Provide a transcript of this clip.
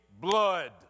blood